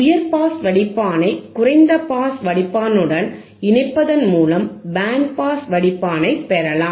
உயர் பாஸ் வடிப்பானை குறைந்த பாஸ் வடிப்பானுடன் இணைப்பதன் மூலம் பேண்ட் பாஸ் வடிப்பானைப் பெறலாம்